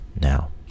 now